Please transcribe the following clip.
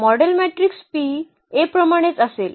model matrix P A प्रमाणेच असेल